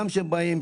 גם כשהם באים,